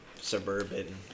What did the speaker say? suburban